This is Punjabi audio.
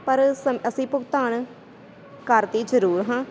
ਪਰ ਸਮ ਅਸੀਂ ਭੁਗਤਾਨ ਕਰਦੇ ਜ਼ਰੂਰ ਹਾਂ